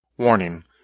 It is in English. Warning